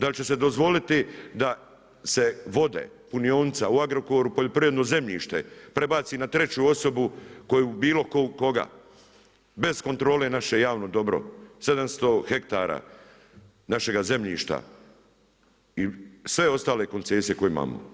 Da li će se dozvoliti da se vode, punionica u Agrokoru, poljoprivredno zemljište prebaci na treću osobu koju, bilo koga, bez kontrole naše dobro 700 hektara našega zemljišta i sve ostale koncesije koje imamo.